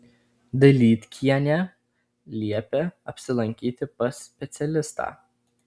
dailydkienė liepė apsilankyti pas specialistą